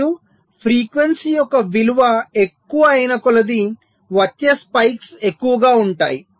మరియు ఫ్రీక్వెన్సీ యొక్క విలువ ఎక్కువ అయిన కొలది వచ్చే స్పైక్స్ ఎక్కువగా ఉంటాయి